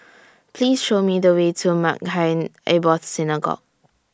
Please Show Me The Way to Maghain Aboth Synagogue